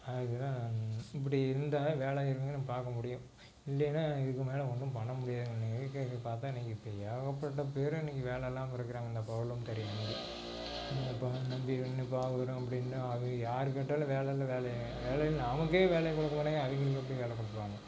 அதுக்கு தான் நான் இப்படி இருந்தால் வேலை இருக்குதுன்னு நம்ம பார்க்க முடியும் இல்லைன்னா இதுக்கு மேலே ஒன்றும் பண்ண முடியாது இன்னைக்கு இருக்கிறத பார்த்தா இன்னைக்கு இப்போ ஏகப்பட்ட பேர் இன்னைக்கு வேலை இல்லாமல் இருக்கறாங்க இந்த பவர்லூம் தறியினால் இந்த பாவு நம்பி இன்னும் பாவு வரும் அப்படின்னு அது யார் கேட்டாலும் வேலை இல்லை வேலை இல்லை வேலை இல்லை அவனுக்கே வேலை கொடுக்கலன்னா அவங்களுக்கு எப்படி வேலை கொடுப்பாங்க